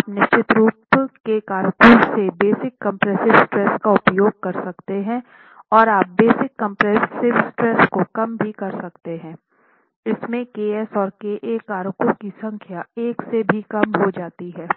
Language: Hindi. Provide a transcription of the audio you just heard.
आप निश्चित रूप के कारकों से बेसिक कंप्रेसिव स्ट्रेस का उपयोग कर सकते हैं और आप बेसिक कंप्रेसिव स्ट्रेस को कम भी कर सकते हैं इसमे ks और ka कारकों की संख्या 1 से भी कम हो जाती है